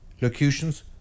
locutions